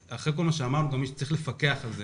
אחרי כל מה שאמרנו, מישהו צריך לפקח על זה.